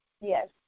Yes